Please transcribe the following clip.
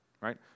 right